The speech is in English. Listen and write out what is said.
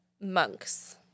monks